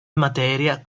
materia